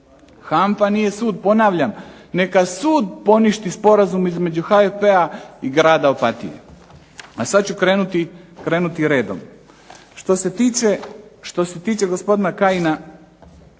HANFA nije sud ponavljam, neka sud poništi sporazum između HFP-a i Grada Opatije. A sada ću krenuti redom, što se tiče gospodina Kajina